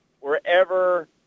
wherever